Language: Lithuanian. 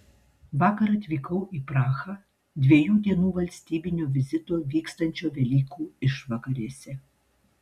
vakar atvykau į prahą dviejų dienų valstybinio vizito vykstančio velykų išvakarėse